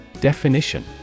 Definition